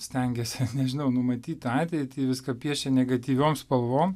stengiasi nežinau numatyt ateitį viską piešia negatyviom spalvom